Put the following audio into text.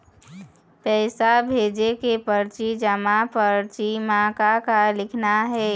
पैसा भेजे के परची जमा परची म का लिखना हे?